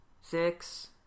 six